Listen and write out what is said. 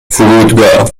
فرودگاه